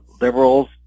liberals